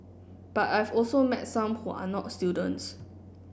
but I've also met some who are not students